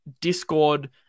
discord